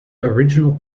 original